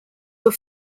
were